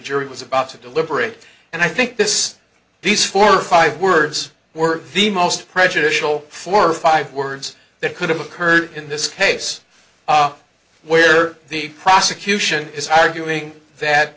jury was about to deliberate and i think this these four five words were the most prejudicial four or five words that could have occurred in this case where the prosecution is arguing that